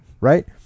right